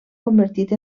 convertit